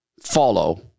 follow